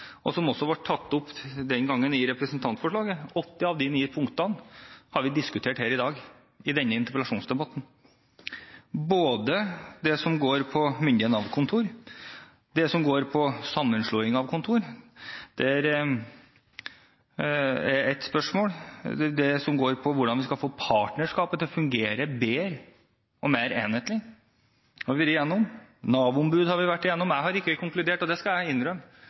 også ble tatt opp den gangen i representantforslaget. Åtte av de ni punktene har vi diskutert her i dag i denne interpellasjonsdebatten. Både det som går på myndige Nav-kontor, det som går på sammenslåing av kontor, og spørsmålet som går på hvordan vi skal få partnerskapet til å fungere bedre og mer enhetlig, har vi vært gjennom, og Nav-ombud har vi vært gjennom. Jeg har ikke konkludert, det skal jeg innrømme,